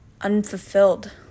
unfulfilled